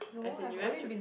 as in you went Japan